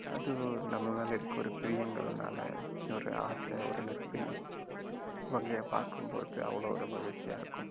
அது நம்ம மேலே இருக்க ஒரு பிரியங்கள்னால் ஒரு ஆசை ஒரு நட்பின் வகையாக பார்க்கும் போது அவ்வளோ ஒரு மகிழ்ச்சியாக இருக்கும்